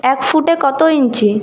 এক ফুটে কত ইঞ্চি